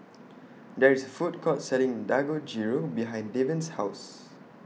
There IS A Food Court Selling Dangojiru behind Devan's House